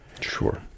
Sure